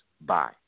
bye